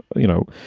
you know,